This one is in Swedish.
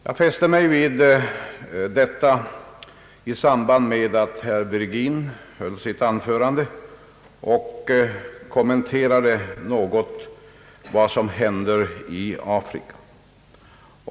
Jag fäste mig vid detta när jag lyssnade till herr Virgin då han i sitt anförande kommenterade vad som händer i Afrika.